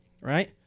right